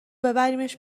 ببریمش